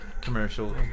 commercial